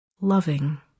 loving